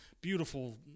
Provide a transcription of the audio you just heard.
beautiful